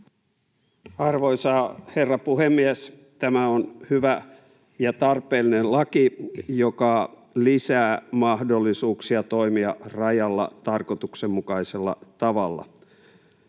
Arvoisa herra puhemies! Tämä on hyvä ja tarpeellinen laki, joka lisää mahdollisuuksia toimia rajalla tarkoituksenmukaisella tavalla.